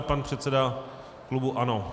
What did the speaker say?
Pan předseda klubu ANO.